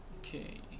Okay